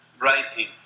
writing